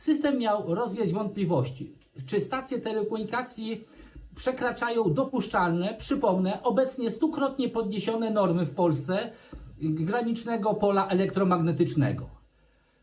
System miał rozwiać wątpliwości, czy stacje telekomunikacji przekraczają dopuszczalne - przypomnę, obecnie 100-krotnie podniesione - normy granicznego pola elektromagnetycznego w Polsce.